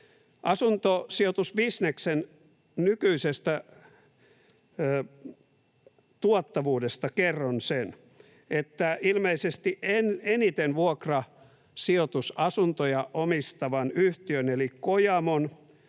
Asuntosijoitusbisneksen nykyisestä tuottavuudesta kerron sen, että ilmeisesti eniten vuokrasijoitusasuntoja omistavan yhtiön eli Kojamon